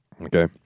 Okay